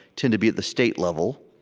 tend to be at the state level.